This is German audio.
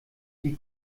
die